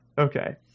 okay